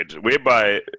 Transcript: whereby